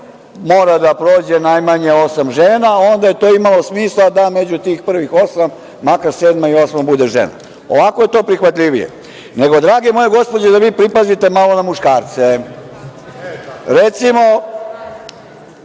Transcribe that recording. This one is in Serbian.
mora da prođe najmanje osam žena, onda je to imalo smisla da među tih prvih osam žena, makar sedma i osma bude žena. Ovako je to prihvatljivije. Nego, drage moje gospođe, da vi pripazite malo na muškarce. Recimo,